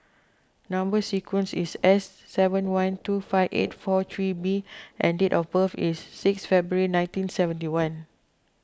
Number Sequence is S seven one two five eight four three B and date of birth is six February nineteen seventy one